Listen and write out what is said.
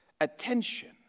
attention